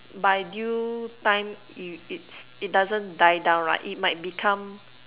by due time if it's it doesn't die down right it might become